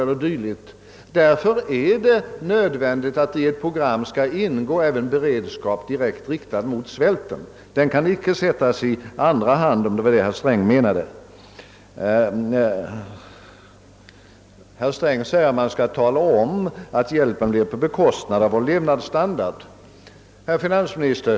Därför är det nödvändigt att i programmet ingår också direkt beredskap mot svälten. Den kan icke sättas i andra hand, om det var det herr Sträng menade. Herr Sträng sade också att man skall klargöra att u-landshjälpen sker på bekostnad av vår levnadsstandard. Herr finansminister!